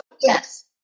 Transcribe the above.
Yes